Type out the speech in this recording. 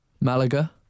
Malaga